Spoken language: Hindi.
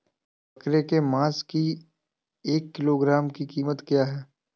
बकरे के मांस की एक किलोग्राम की कीमत क्या है?